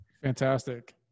Fantastic